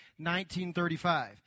1935